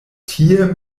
tie